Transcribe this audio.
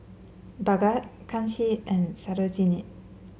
Bhagat Kanshi and Sarojini